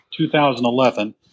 2011